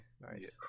nice